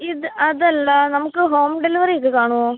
ഇത് അതല്ല നമുക്ക് ഹോം ഡെലിവറി ഒക്കെ കാണുമോ